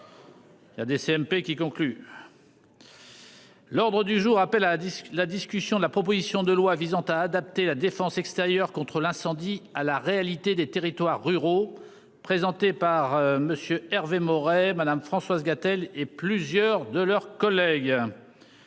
Il y a des CMP qui. L'ordre du jour appelle à 10 la discussion de la proposition de loi visant à adapter la défense extérieure contre l'incendie à la réalité des territoires ruraux présenté par monsieur Hervé Maurey Madame Françoise Gatel et plusieurs de leurs collègues.